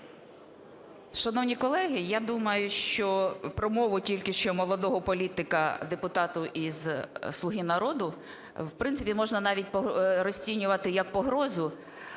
Шановні колеги, я думаю, що промову тільки що молодого політика-депутата із "Слуги народу", в принципі, можна навіть розцінювати як погрозу.